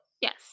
Yes